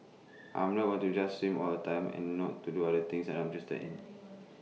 I am not going to just swim all the time and not to do other things that I am interested in